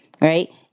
right